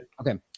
okay